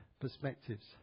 perspectives